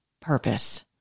purpose